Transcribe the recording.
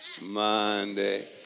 Monday